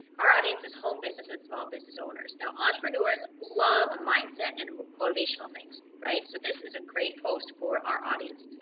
our audience is home businesses and small business owners. now entrepreneurs love mindset and motivational things, right. so this is a great post for our audience.